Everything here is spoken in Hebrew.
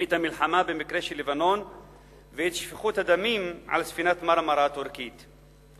את המלחמה במקרה של לבנון ואת שפיכות דמים על ספינת "מרמרה" הטורקית.